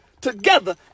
together